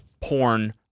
porn